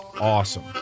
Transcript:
awesome